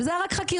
וזה היה רק חקירות,